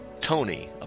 Tony